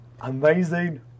Amazing